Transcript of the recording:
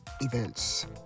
events